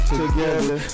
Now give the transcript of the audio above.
together